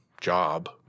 job